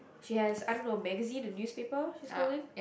she has I don't know magazine a newspaper she's holding